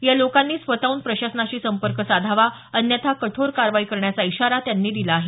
या लोकांनी स्वतःहून प्रशासनाशी संपर्क साधावा अन्यथा कठोर कारवाई करण्याचा इशारा त्यांनी दिला आहे